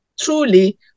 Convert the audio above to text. truly